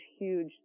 huge